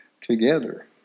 together